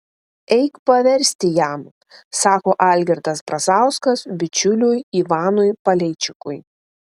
eik paversti jam sako algirdas brazauskas bičiuliui ivanui paleičikui